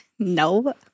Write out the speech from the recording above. No